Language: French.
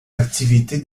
activité